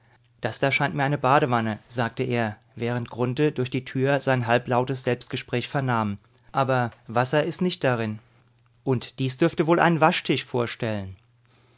das da scheint mir eine badewanne sagte er während grunthe durch die tür sein halblautes selbstgespräch vernahm aber wasser ist nicht darin und dies dürfte wohl einen waschtisch vorstellen